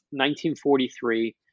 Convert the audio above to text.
1943